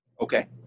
Okay